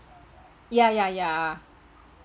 ya ya ya